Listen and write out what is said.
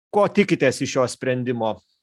ko tikitės iš šio sprendimo